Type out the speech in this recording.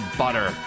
butter